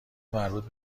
مربوط